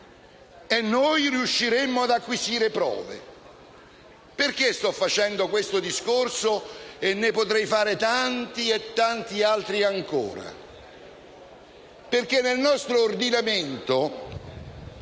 e noi riusciremmo ad acquisire prove. Perché sto facendo questo discorso e ne potrei fare tanti e tanti altri ancora? Perché nel nostro ordinamento